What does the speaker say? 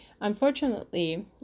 Unfortunately